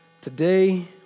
Today